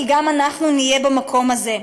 כי גם אנחנו נהיה במקום הזה.